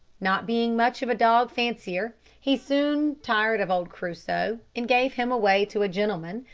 not being much of a dog fancier, he soon tired of old crusoe, and gave him away to a gentleman,